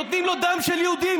נותנים לו דם של יהודים,